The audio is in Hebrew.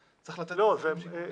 --- צריך לתת מקום לשיקול דעת.